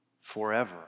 forever